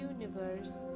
universe